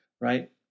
right